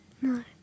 No